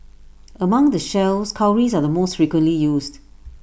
among the shells cowries are the most frequently used